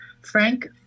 Frank